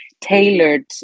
tailored